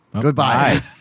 Goodbye